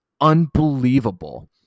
unbelievable